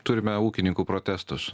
turime ūkininkų protestus